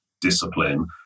discipline